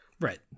Right